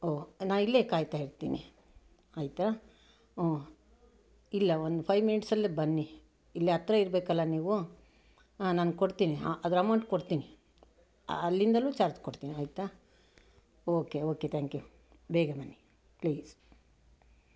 ಓ ನಾ ಇಲ್ಲೇ ಕಾಯ್ತಾಯಿರ್ತೀನಿ ಆಯ್ತಾ ಹ್ಞೂಂ ಇಲ್ಲ ಒಂದು ಫೈವ್ ಮಿನಿಟ್ಸಲ್ಲಿ ಬನ್ನಿ ಇಲ್ಲೇ ಹತ್ರ ಇರ್ಬೇಕಲ್ಲ ನೀವು ಹಾನ್ ನಾನು ಕೊಡ್ತೀನಿ ಅದರ ಅಮೌಂಟ್ ಕೊಡ್ತೀನಿ ಅಲ್ಲಿಂದಲೂ ಚಾರ್ಜ್ ಕೊಡ್ತೀನಿ ಆಯ್ತಾ ಓಕೆ ಓಕೆ ತ್ಯಾಂಕ್ಯೂ ಬೇಗ ಬನ್ನಿ ಪ್ಲೀಸ್